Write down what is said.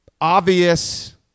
obvious